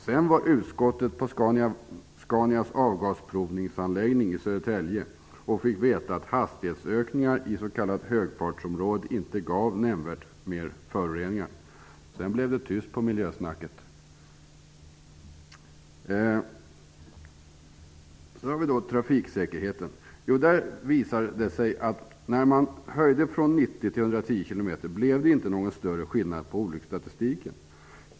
Sedan besökte utskottet Scanias avgasprovningsanläggning i Södertälje, där man fick veta att hastighetsökningar i s.k. högfartsområde inte gav nämnvärt mer föroreningar. Därefter blev det slut på miljösnacket. km tim visade det sig att det inte blev någon större skillnad i olycksstatistiken.